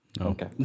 Okay